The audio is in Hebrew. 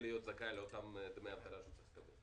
להיות זכאי לאותם דמי אבטלה שהוא צריך לקבל.